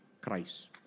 Christ